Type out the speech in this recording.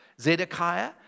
Zedekiah